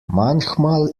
manchmal